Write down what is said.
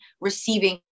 receiving